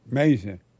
Amazing